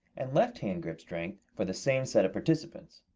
and left hand grip strength for the same set of participants.